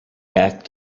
act